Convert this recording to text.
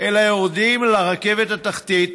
אלא יורדים לרכבת התחתית,